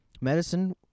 medicine